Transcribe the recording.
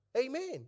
Amen